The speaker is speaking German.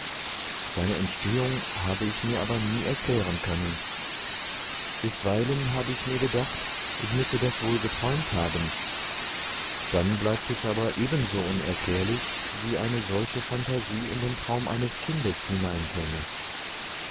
seine entstehung habe ich mir aber nie erklären können bisweilen habe ich mir gedacht ich müsse das wohl geträumt haben dann bleibt es aber ebenso unerklärlich wie eine solche phantasie in den traum eines kindes